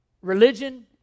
religion